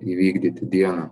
įvykdyti dieną